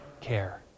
care